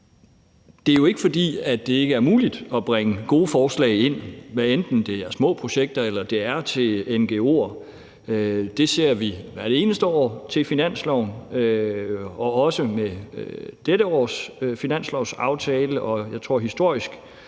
Det er jo ikke, fordi det ikke er muligt at bringe gode forslag ind, hvad enten det er små projekter, eller det handler om ngo'er. Det ser vi hvert eneste år i forbindelse med finansloven og også ved dette års finanslovsaftale. Historisk